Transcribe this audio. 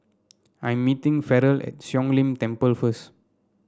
I meeting Farrell at Siong Lim Temple first